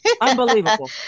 Unbelievable